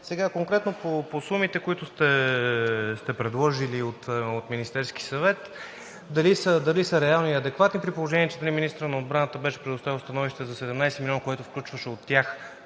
Сега конкретно по сумите, които сте предложили от Министерския съвет. Дали са реални и адекватни, при положение че от господин министъра на отбраната беше предоставено становище за 17 милиона, което включваше от тях